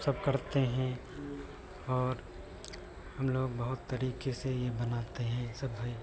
सब करते हैं और हमलोग बहुत तरीके से यह बनाते हैं सब्ज़ी